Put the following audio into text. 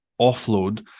offload